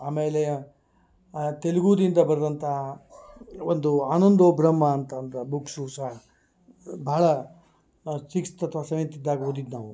ಆಮೇಲೆ ತೆಲುಗುದಿಂದ ಬರ್ದಂಥ ಒಂದು ಆನಂದೋ ಬ್ರಹ್ಮ ಅಂತ ಒಂದು ಬುಕ್ಸು ಸಹ ಭಾಳ ಸಿಕ್ಸ್ತ್ ಅಥ್ವ ಸೆವೆಂತ್ ಇದ್ದಾಗ ಓದಿದ್ದು ನಾವು